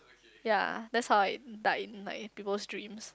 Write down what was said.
ya that's how I died in like peoples dreams